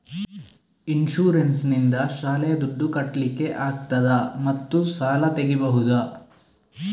Insurance ನಿಂದ ಶಾಲೆಯ ದುಡ್ದು ಕಟ್ಲಿಕ್ಕೆ ಆಗ್ತದಾ ಮತ್ತು ಸಾಲ ತೆಗಿಬಹುದಾ?